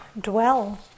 dwell